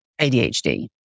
ADHD